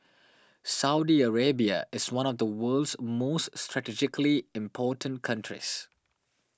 Saudi Arabia is one of the world's most strategically important countries